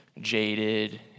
jaded